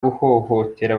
guhohotera